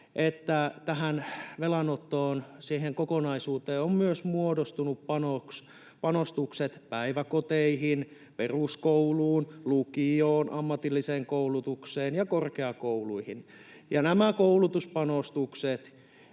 niin tähän velanottoon, siihen kokonaisuuteen, ovat myös muodostuneet panostukset päiväkoteihin, peruskouluun, lukioon, ammatilliseen koulutukseen ja korkeakouluihin. Olisiko nämä koulutuspanostukset